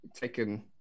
taken